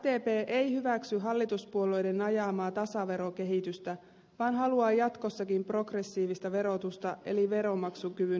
sdp ei hyväksy hallituspuolueiden ajamaa tasaverokehitystä vaan haluaa jatkossakin progressiivista verotusta eli veronmaksukyvyn huomioimista